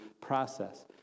process